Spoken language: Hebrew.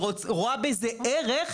שרואה בזה ערך,